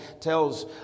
tells